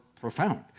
profound